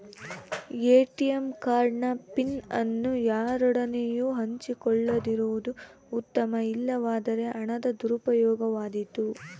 ATM card ನ PIN ಅನ್ನು ಯಾರೊಡನೆಯೂ ಹಂಚಿಕೊಳ್ಳದಿರುವುದು ಉತ್ತಮ, ಇಲ್ಲವಾದರೆ ಹಣದ ದುರುಪಯೋಗವಾದೀತು